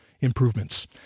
improvements